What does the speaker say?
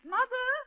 Mother